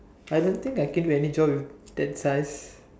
I don't think I can do any job with that size